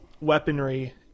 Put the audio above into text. weaponry